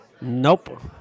nope